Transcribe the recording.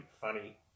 funny